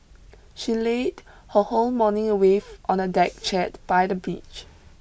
she laid her whole morning away on a deck chair by the beach